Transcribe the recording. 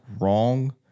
wrong